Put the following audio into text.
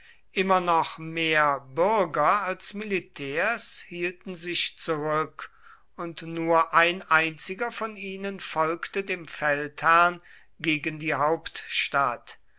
immer noch mehr bürger als militärs hielten sich zurück und nur ein einziger von ihnen folgte dem feldherrn gegen die hauptstadt